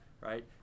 right